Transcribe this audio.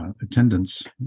attendance